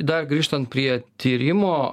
dar grįžtan prie tyrimo